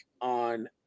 on